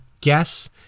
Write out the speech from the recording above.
guess